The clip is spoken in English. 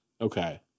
Okay